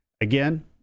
Again